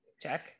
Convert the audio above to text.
Check